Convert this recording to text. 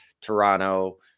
Toronto